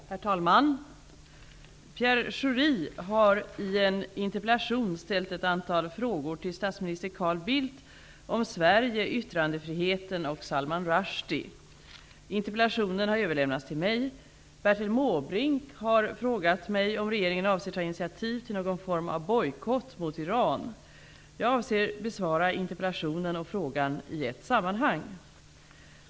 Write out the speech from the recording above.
Herr talman! Pierre Schori har i en interpellation ställt ett antal frågor till statsminister Carl Bildt om Interpellationen har överlämnats till mig. Bertil Måbrink har frågat mig om regeringen avser att ta initiativ till någon form av bojkott mot Iran. Jag avser besvara interpellationen och frågan i ett sammanhang.